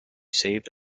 save